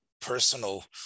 personal